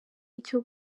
icyo